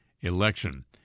election